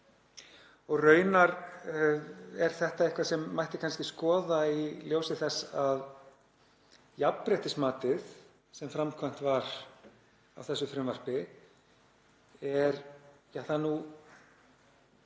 og raunar er þetta eitthvað sem mætti kannski skoða í ljósi þess að jafnréttismatið sem framkvæmt var á þessu frumvarpi er hvorki